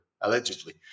allegedly